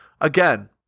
again